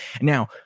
Now